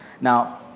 now